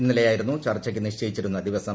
ഇന്നലെയായിരുന്നു ചർച്ചയ്ക്ക് നിശ്ചയിച്ചിരുന്ന ദിവസം